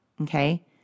okay